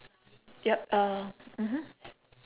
yup uh mmhmm